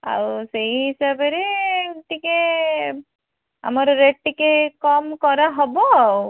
ଆଉ ସେଇ ହିସାବରେ ଟିକିଏ ଆମର ରେଟ୍ ଟିକିଏ କମ୍ କରାହେବ ଆଉ